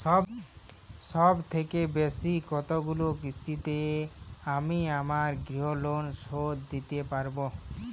সবথেকে বেশী কতগুলো কিস্তিতে আমি আমার গৃহলোন শোধ দিতে পারব?